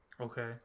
Okay